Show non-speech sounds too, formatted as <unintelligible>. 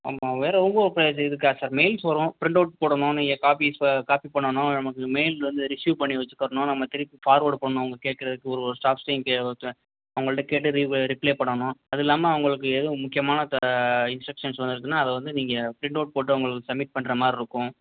ஆமாம் வேறு ஒன்றும் <unintelligible> இருக்காது சார் மெயில்ஸ் வரும் ப்ரிண்ட் அவுட் போடணும் நீங்கள் காப்பீஸை காப்பி பண்ணணும் நமக்கு மெயில் வந்து ரிசிவ் பண்ணி வச்சிகணும் நம்ம திருப்பி ஃபார்வேர்ட் பண்ணணும் அவங்க கேட்கறதுக்கு ஒருவொரு ஸ்டாஃப்ஸ்கிட்டையும் கே ஒருத்தர் அவங்கள்கிட்ட கேட்டு ரீ ரிப்ளே பண்ணணும் அதுவும் இல்லாமல் அவங்களுக்கு ஏதுவும் முக்கியமான இப்போ இன்ஸ்ட்ரக்ஷன்ஸ் வந்துருக்குன்னால் அதை வந்து நீங்கள் ப்ரிண்ட் அவுட் போட்டு அவங்களுக்கு சப்மிட் பண்ணுற மாதிரி இருக்கும்